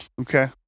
okay